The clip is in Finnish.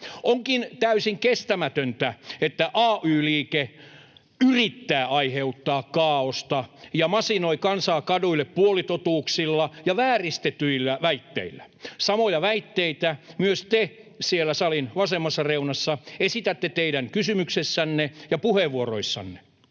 Onkin täysin kestämätöntä, että ay-liike yrittää aiheuttaa kaaosta ja masinoi kansaa kaduille puolitotuuksilla ja vääristetyillä väitteillä. Samoja väitteitä myös te siellä salin vasemmassa reunassa esitätte teidän kysymyksessänne ja puheenvuoroissanne.